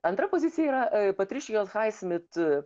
antra pozicija yra patricijos haismit